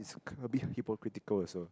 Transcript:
is a bit hypocritical also